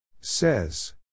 Says